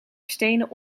stenen